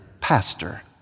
pastor